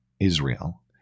Israel